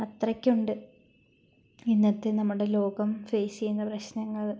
അത്രയ്ക്കുണ്ട് ഇന്നത്തെ നമ്മുടെ ലോകം ഫേസ് ചെയ്യുന്ന പ്രശ്നങ്ങൾ